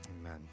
Amen